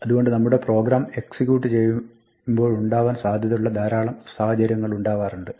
അതുകൊണ്ട് നമ്മുടെ program execute ചെയ്യുമ്പോഴുണ്ടാവാൻ സാധ്യതയുള്ള ധാരാളം സാഹചര്യങ്ങളുണ്ടാവാറുണ്ട്